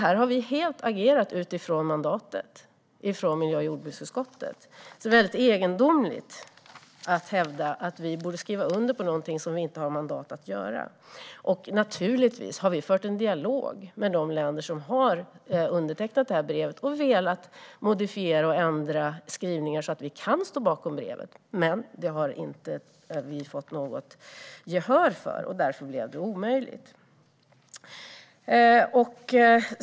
Här har vi alltså helt agerat utifrån mandatet från miljö och jordbruksutskottet. Det är väldigt egendomligt att hävda att vi borde skriva under någonting när vi inte har mandat att göra det. Naturligtvis har vi fört en dialog med de länder som har undertecknat det här brevet och velat modifiera och ändra skrivningar så att vi kan stå bakom brevet, men det har vi inte fått något gehör för. Därför blev det omöjligt.